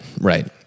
Right